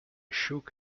shook